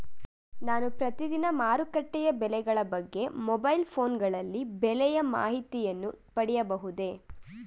ನಾನು ಪ್ರತಿದಿನ ಮಾರುಕಟ್ಟೆಯ ಬೆಲೆಗಳ ಬಗ್ಗೆ ಮೊಬೈಲ್ ಫೋನ್ ಗಳಲ್ಲಿ ಬೆಲೆಯ ಮಾಹಿತಿಯನ್ನು ಪಡೆಯಬಹುದೇ?